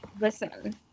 Listen